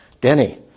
Denny